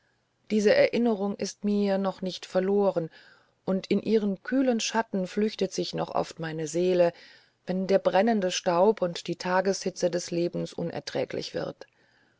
diese erinnerung ist mir noch nicht verloren und in ihren kühlen schatten flüchtet sich noch oft meine seele wenn der brennende staub und die tageshitze des lebens unerträglich wird